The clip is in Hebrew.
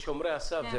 שומרי הסף,